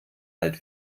alt